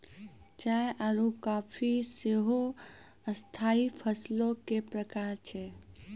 चाय आरु काफी सेहो स्थाई फसलो के प्रकार छै